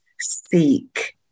seek